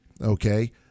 Okay